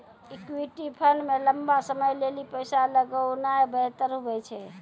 equity fund मे लंबा समय लेली पैसा लगौनाय बेहतर हुवै छै